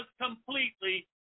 completely